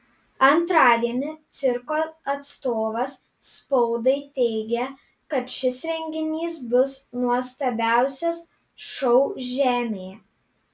antradienį cirko atstovas spaudai teigė kad šis renginys bus nuostabiausias šou žemėje